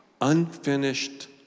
unfinished